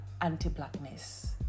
anti-blackness